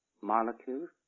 molecules